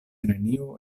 neniu